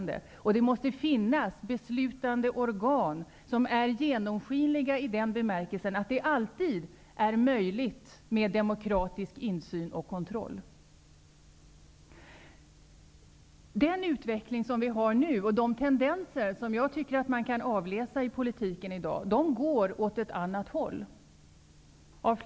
Det måste finnas beslutande organ som är genomskinliga i den bemärkelsen att demokratisk insyn och kontroll alltid är möjlig. Den nuvarande utvecklingen, och de tendenser som kan avläsas i politiken i dag, går av flera skäl åt ett annat håll.